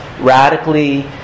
radically